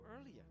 earlier